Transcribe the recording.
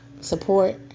support